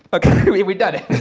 okay, we, we've done it,